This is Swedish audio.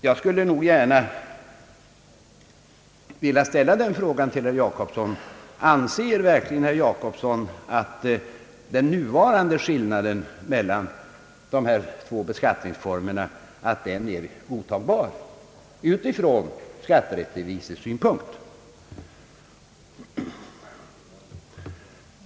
Jag skulle då gärna vilja fråga: Anser verkligen herr Jacobsson att den nuvarande skillnaden mellan dessa två beskattningsformer är godtagbar utifrån skatterättvisans synpunkt?